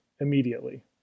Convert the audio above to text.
immediately